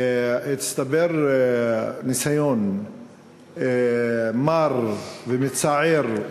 הצטבר ניסיון מר ומצער,